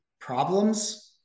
problems